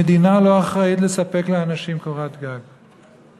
המדינה לא אחראית לספק לאנשים קורת גג.